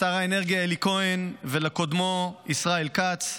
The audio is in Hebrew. לשר האנרגיה אלי כהן, ולקודמו ישראל כץ,